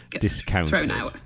discounted